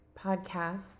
podcast